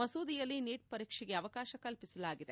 ಮಸೂದೆಯಲ್ಲಿ ನೀಟ್ ಪರೀಕ್ಷೆಗೆ ಅವಕಾಶ ಕಲ್ಪಿಸಲಾಗಿದೆ